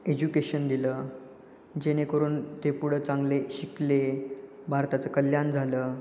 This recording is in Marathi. एज्युकेशन दिलं जेणेकरून ते पुढं चांगले शिकले भारताचं कल्याण झालं